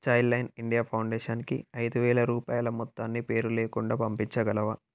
Childline India ఫౌండేషన్కి ఐదు వేల రూపాయల మొత్తాన్ని పేరు లేకుండా పంపించగలవా